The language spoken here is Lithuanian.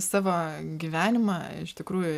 savo gyvenimą iš tikrųjų